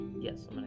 Yes